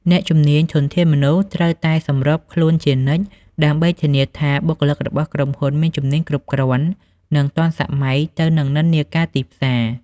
អ្នកជំនាញធនធានមនុស្ស ត្រូវតែសម្របខ្លួនជានិច្ច ដើម្បីធានាថាបុគ្គលិករបស់ក្រុមហ៊ុនមានជំនាញគ្រប់គ្រាន់ និងទាន់សម័យទៅនឹងនិន្នាការទីផ្សារ។